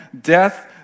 death